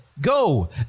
go